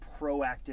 proactive